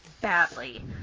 badly